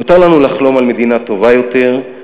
מותר לנו לחלום על מדינה טובה יותר,